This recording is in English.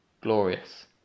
glorious